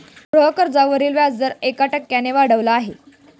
गृहकर्जावरील व्याजदर एक टक्क्याने वाढला आहे